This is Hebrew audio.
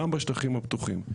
גם בשטחים הפתוחים,